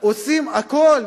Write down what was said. עושים הכול,